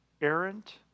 Errant